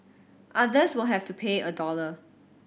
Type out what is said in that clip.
others will have to pay a dollar